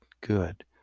good